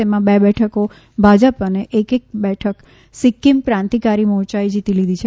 તેમા બે બેઠકો ભાજપાએ અને એક બેઠક સિક્કિમ ક્રાંતિકારી મોરયા એ જીતી લીધી છે